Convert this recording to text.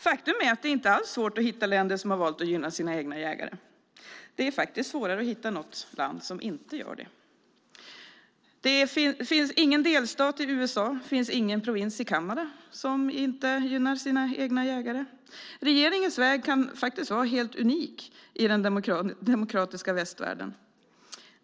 Faktum är att det inte alls är svårt att hitta länder som har valt att gynna sina egna jägare. Det är faktiskt svårare att hitta något land som inte gör det. Det finns ingen delstat i USA och ingen provins i Kanada som inte gynnar sina egna jägare. Regeringens väg kan faktiskt vara helt unik i den demokratiska västvärlden.